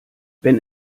wenn